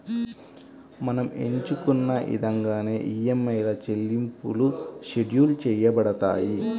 మనం ఎంచుకున్న ఇదంగానే ఈఎంఐల చెల్లింపులు షెడ్యూల్ చేయబడతాయి